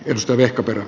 nostoverkkoperä